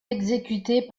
exécutés